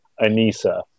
Anissa